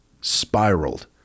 spiraled